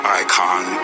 icon